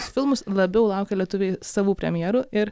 filmus labiau laukia lietuviai savų premjerų ir